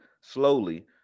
slowly